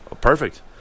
Perfect